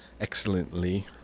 excellently